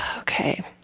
Okay